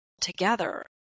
together